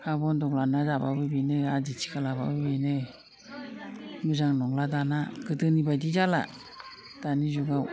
हा बन्दक लाब्लाबो बिनो आदि थिखा लाब्लाबो बेनो मोजां नंला दाना गोदोनि बायदि जाला दानि जुगाव